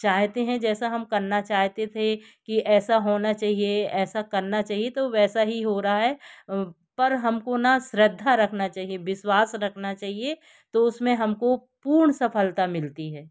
चाहते हैं जैसा हम करना चाहते थे कि ऐसा होना चाहिए ऐसा करना चाहिए तो वैसा ही हो रहा है पर हमको ना श्रद्धा रखना चाहिए विश्वास रखना चाहिए तो उसमें हमको पूर्ण सफलता मिलती है